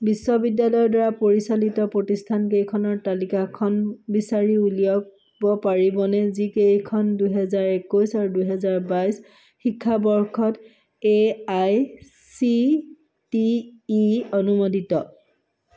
বিশ্ববিদ্যালয়ৰ দ্বাৰা পৰিচালিত প্ৰতিষ্ঠানকেইখনৰ তালিকাখন বিচাৰি উলিয়াব পাৰিবনে যিকেইখন দুহেজাৰ একৈছ আৰু দুহেজাৰ বাইছ শিক্ষাবৰ্ষত এআইচিটিই অনুমোদিত